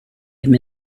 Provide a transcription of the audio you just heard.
him